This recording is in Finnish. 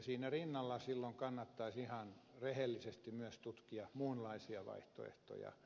siinä rinnalla silloin kannattaisi ihan rehellisesti myös tutkia muunlaisia vaihtoehtoja